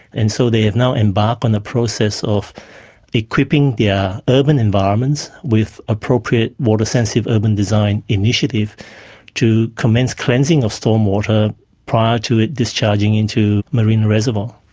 and so they have now embarked on a process of equipping their yeah urban environments with appropriate water-sensitive urban design initiative to commence cleansing of stormwater prior to it discharging into marine reservoir.